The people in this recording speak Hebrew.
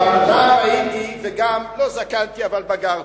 אבל נער הייתי ולא זקנתי אבל בגרתי.